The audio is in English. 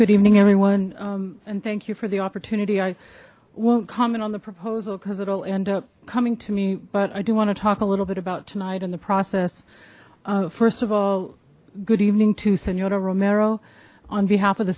good evening everyone and thank you for the opportunity i won't comment on the proposal because it'll end up coming to me but i do want to talk a little bit about tonight in the process first of all good evening to signora romero on behalf of the